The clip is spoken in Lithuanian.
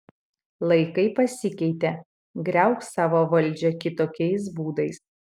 laikai pasikeitė griauk savo valdžią kitokiais būdais